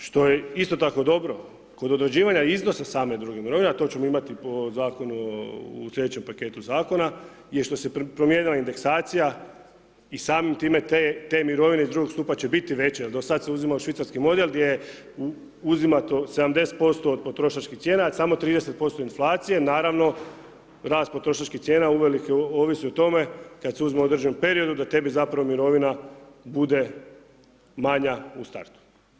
Ono što je isto tako dobro, kod određivanja iznos same druge mirovine, a to ćemo imati po zakonu, u sljedećem paketu zakona, je što se promijenila indeksacija i samim time te mirovine iz drugog stupa će biti veće, jer do sad se uzimao švicarski model gdje je uzimato 70% od potrošačkih cijena, a samo 30% inflacije, naravno, rast potrošačkih cijena uvelike ovisi o tome kad se uzima u određenom periodu da tebi zapravo mirovina bude manja u startu.